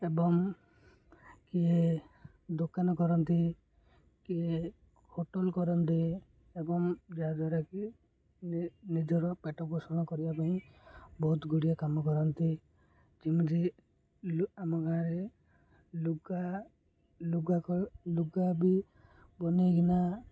ଏବଂ କିଏ ଦୋକାନ କରନ୍ତି କିଏ ହୋଟେଲ୍ କରନ୍ତି ଏବଂ ଯାହାଦ୍ୱାରାକିି ନିଜର ପେଟ ପୋଷଣ କରିବା ପାଇଁ ବହୁତ ଗୁଡ଼ିଏ କାମ କରନ୍ତି ଯେମିତି ଆମ ଗାଁରେ ଲୁଗା ଲୁଗା ଲୁଗା ବି ବନେଇକିନା